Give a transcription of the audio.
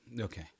Okay